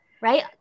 Right